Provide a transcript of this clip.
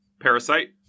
Parasite